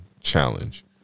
challenge